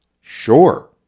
sure